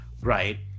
right